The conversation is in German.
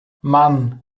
mann